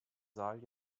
saal